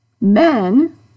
Men